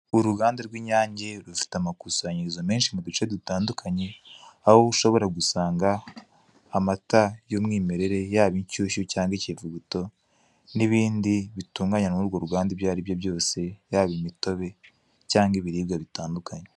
Uruganda rw'inyange rufite amakusanyirizo mu duce dutandukanye aho ushobora gusanga amata y'umwimerere yaba inshyushyu cyangwa ikivuguto, n'ibindi bitunganywa n'urwo ruganda ibyo ari byo byose yaba imitobe cyangwa ibiribwa bitandukanye.